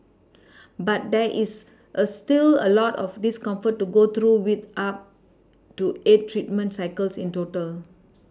but there is a still a lot of discomfort to go through with up to eight treatment cycles in total